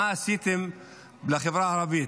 מה עשיתם לחברה הערבית?